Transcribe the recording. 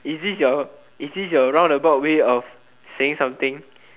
is this your is this your roundabout way of saying something